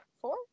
Four